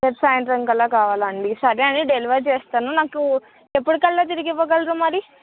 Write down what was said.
రేపు సాయంత్రంకలా కావాలాండి సరే అండి డెలివర్ చేస్తాను నాకు ఎప్పటికల్లా తిరిగి ఇవ్వగలరు మరి